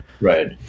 Right